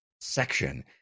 section